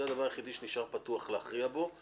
זה הדבר היחיד שנשאר פתוח להכריע בו.